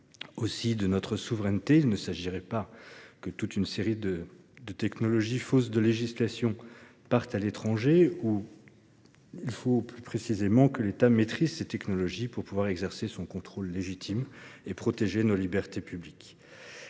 bien de notre souveraineté : il ne faudrait pas que toute une série de technologies, faute de législation dédiée, partent à l'étranger. Il faut plus précisément que l'État maîtrise lesdites technologies pour pouvoir exercer son contrôle légitime et protéger nos libertés publiques.